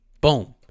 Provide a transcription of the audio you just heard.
Boom